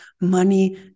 money